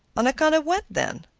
on account of what, then?